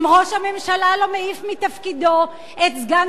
אם ראש הממשלה לא מעיף מתפקידו את סגן